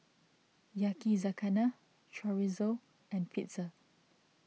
Yakizakana Chorizo and Pizza